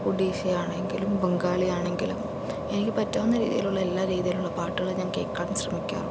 ഒഡീഷ ആണെങ്കിലും ബംഗാളി ആണെങ്കിലും എനിക്ക് പറ്റാവുന്ന രീതിയിലുള്ള എല്ലാ രീതിയിലുള്ള പാട്ടുകളും ഞാൻ കേൾക്കാൻ ശ്രമിക്കാറുണ്ട്